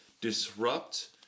disrupt